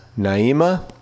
Naima